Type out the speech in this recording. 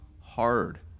hard